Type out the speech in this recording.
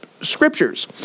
scriptures